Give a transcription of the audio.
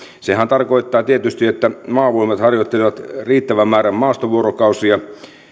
sehän tarkoittaa tietysti että maavoimat harjoittelee riittävän määrän maastovuorokausia